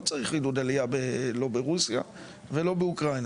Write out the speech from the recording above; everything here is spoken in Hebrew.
לא צריך עידוד עלייה לא ברוסיה ולא באוקראינה,